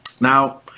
Now